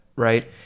Right